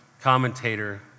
commentator